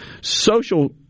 Social